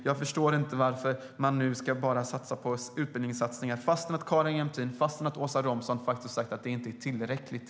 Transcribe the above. Jag förstår inte varför man nu bara ska göra utbildningssatsningar, trots att Carin Jämtin och Åsa Romson tidigare sagt att det inte är tillräckligt.